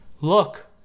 Look